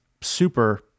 super